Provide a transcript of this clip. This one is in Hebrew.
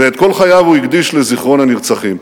ואת כל חייו הוא הקדיש לזיכרון הנרצחים.